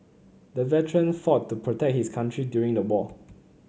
the veteran fought to protect his country during the war